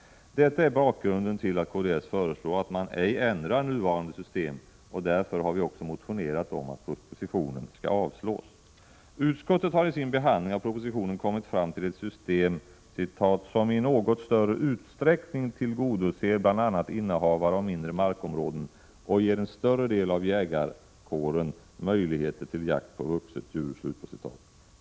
Detta är bakgrunden till att kds föreslår att man ej ändrar nuvarande system, och därför också har motionerat om att propositionen avslås. Utskottet har i sin behandling av propositionen kommit fram till ett system ”som i något större utsträckning tillgodoser bl.a. innehavare av mindre markområden och ger en större del av jägarkåren möjligheter till jakt på vuxet djur”.